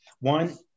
one